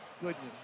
goodness